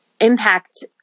impact